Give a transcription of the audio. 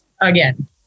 again